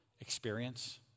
experience